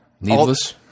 Needless